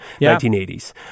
1980s